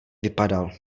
vypadal